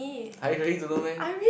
har you really don't know meh